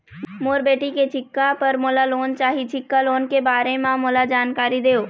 मोर बेटी के सिक्छा पर मोला लोन चाही सिक्छा लोन के बारे म मोला जानकारी देव?